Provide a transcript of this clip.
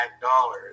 dollars